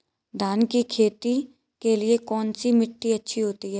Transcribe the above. धान की खेती के लिए कौनसी मिट्टी अच्छी होती है?